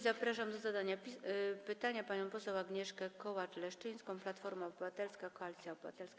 Zapraszam do zadania pytania panią poseł Agnieszkę Kołacz-Leszczyńską, Platforma Obywatelska - Koalicja Obywatelska.